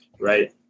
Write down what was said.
Right